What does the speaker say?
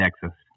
Texas